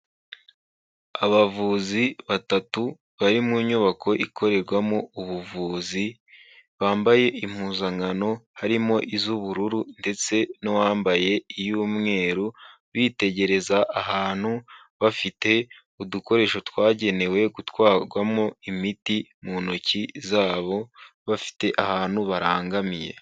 Abavuzi batatu bari mu nyubako ikorerwamo ubuvuzi, bambaye impuzankano harimo iz'ubururu ndetse n'uwambaye iy'umweru bitegereza, ahantu bafite udukoresho twagenewe gutwarwamo imiti mu ntoki zabo, bafite ahantu barangamiye.